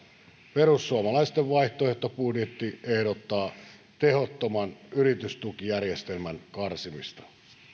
perussuomalaisten vaihtoehtobudjetti ehdottaa tehottoman yritystukijärjestelmän karsimista